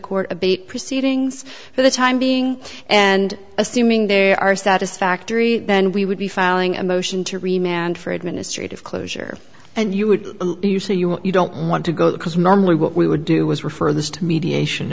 abate proceedings for the time being and assuming there are satisfactory then we would be filing a motion to remain and for administrative closure and you would you say you you don't want to go because normally what we would do was refer this to mediation